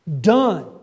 done